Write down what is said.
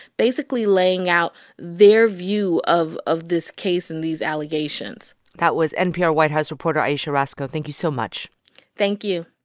basically laying out their view of of this case and these allegations that was npr white house reporter ayesha rascoe. thank you so much thank you